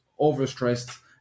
overstressed